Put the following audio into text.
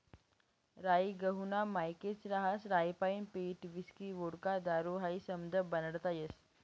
राई गहूना मायेकच रहास राईपाईन पीठ व्हिस्की व्होडका दारू हायी समधं बनाडता येस